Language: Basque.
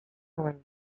nuen